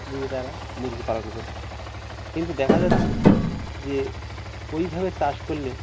দিয়ে তারা মুরগি পালন করত কিন্তু দেখা যাচ্ছে যে ওইভাবে চাষ করলে